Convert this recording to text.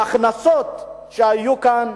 מההכנסות שהיו כאן,